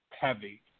heavy